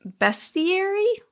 Bestiary